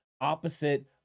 opposite